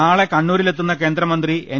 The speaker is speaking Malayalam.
നാളെ കണ്ണൂരിലെത്തുന്ന കേന്ദ്രമന്ത്രി എൻ